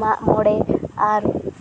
ᱢᱟᱜ ᱢᱚᱬᱮ ᱟᱨ